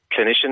clinician